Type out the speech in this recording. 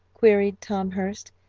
queried tom hurst,